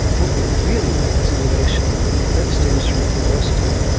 what we really need is innovation, and that stems from curiosity,